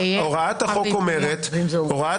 אגב,